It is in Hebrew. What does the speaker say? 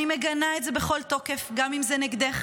אני מגנה את זה בכל תוקף גם אם זה נגדך,